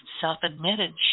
self-admitted